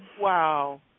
Wow